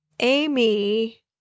Amy